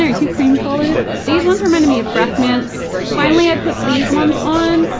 too too cream colored? these ones reminded me of breath mints. finally, i put these ones on,